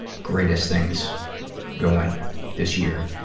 greatest things going this year.